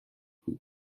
بود